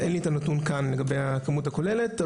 אין לי את הנתון כאן לגבי הכמות הכוללת,